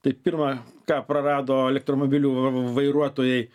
tai pirma ką prarado elektromobilių vairuotojai